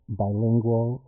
bilingual